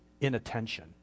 inattention